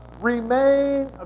remain